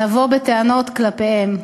לבוא בטענות כלפיהם.